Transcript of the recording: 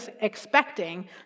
expecting